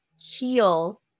heal